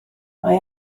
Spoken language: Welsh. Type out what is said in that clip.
mae